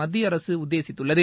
மத்தியஅரசு உத்தேசித்துள்ளது